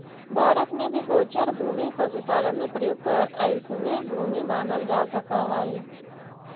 भारत में भी गोचर भूमि पशुपालन में प्रयुक्त अइसने भूमि मानल जा सकऽ हइ